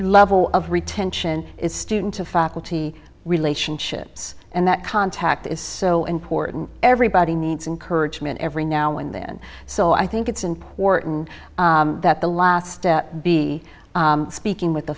level of retention is student to faculty relationships and that contact is so important everybody needs encouragement every now and then so i think it's important that the last step be speaking with a